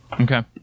Okay